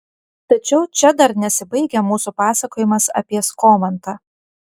tačiau čia dar nesibaigia mūsų pasakojimas apie skomantą